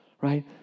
right